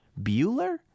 Bueller